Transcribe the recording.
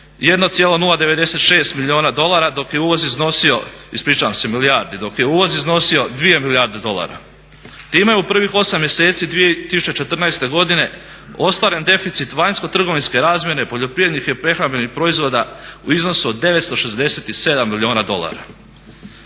se milijardi, dok je uvoz iznosio 2 milijarde dolara. Time je u prvih 8 mjeseci 2014. godine ostvaren deficit vanjsko-trgovinske razmjene poljoprivrednih i prehrambenih proizvoda u iznosu od 967 milijuna dolara.